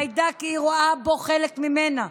מעידה כי היא רואה בו חלק ממנה,